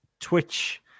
Twitch